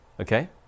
Okay